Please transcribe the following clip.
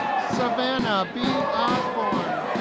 savannah b. osborne